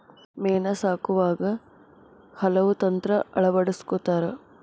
ಮೇನಾ ಸಾಕುವಾಗ ಹಲವು ತಂತ್ರಾ ಅಳವಡಸ್ಕೊತಾರ